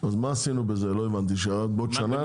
אז מה עשינו בזה לא הבנתי שרק עוד שנה אנחנו ניישם את זה?